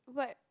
but